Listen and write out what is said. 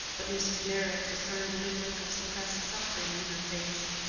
but mrs. meyrick discerned a new look of suppressed suffering in her face,